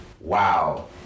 Wow